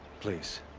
please.